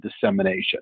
dissemination